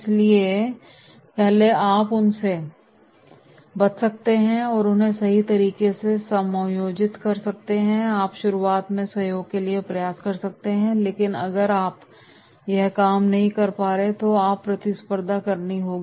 इसलिए पहले आप उनसे बच सकते हैं और उन्हें सही तरीके से समायोजित कर सकते हैं आप शुरुआत में सहयोग के लिए प्रयास कर सकते हैं लेकिन अगर यह काम नहीं कर रहा है तो आपको प्रतिस्पर्धा करनी होगी